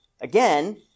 again